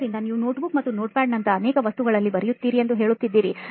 ಆದ್ದರಿಂದ ನೀವು Notebook ಮತ್ತು Notepadನಂತಹ ಅನೇಕ ವಸ್ತುಗಳಲ್ಲಿ ಬರೆಯುತ್ತೀರಿ ಎಂದು ಹೇಳುತ್ತಿದ್ದೀರಿ